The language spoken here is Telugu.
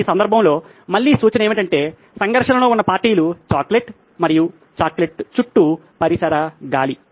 ఈ సందర్భంలో మళ్ళీ సూచన ఏమిటంటే సంఘర్షణలో ఉన్న పార్టీలు చాక్లెట్ మరియు చాక్లెట్ చుట్టూ పరిసర గాలి